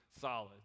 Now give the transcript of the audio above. solid